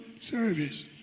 service